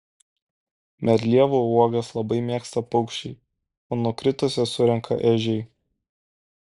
medlievų uogas labai mėgsta paukščiai o nukritusias surenka ežiai